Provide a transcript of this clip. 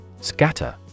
Scatter